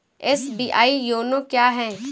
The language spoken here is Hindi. एस.बी.आई योनो क्या है?